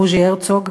בוז'י הרצוג,